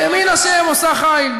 ימין ה' ימין ה' עושה חיל.